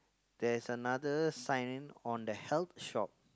there is another sign on the health shop